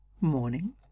Morning